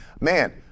man